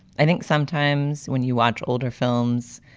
i think sometimes when you watch older films,